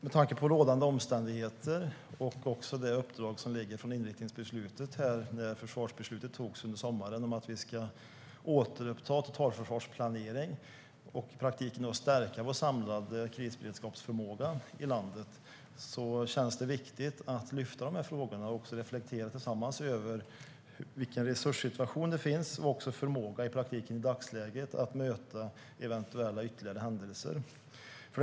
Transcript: Med tanke på rådande omständigheter och uppdraget i inriktningsbeslutet, som togs i somras i samband med försvarsbeslutet, om att vi ska återuppta totalförsvarsplanering och i praktiken stärka vår samlade krisberedskapsförmåga i landet känns det viktigt att lyfta upp de här frågorna. Det är viktigt att reflektera tillsammans över resurssituationen och förmågan att i praktiken möta eventuella ytterligare händelser i dagsläget.